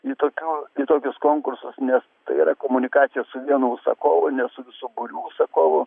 į tokių į tokius konkursus nes tai yra komunikacija su vienu užsakovu ne su visu būriu užsakovų